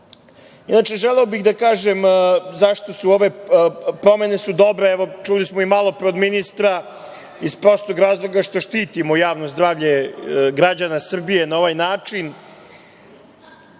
želeo bih da kažem zašto su ove promene dobre. Evo čuli smo malopre i od ministra, iz prostog razloga što štitimo javno zdravlje građana Srbije na ovaj način,